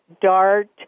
Dart